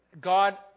God